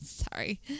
Sorry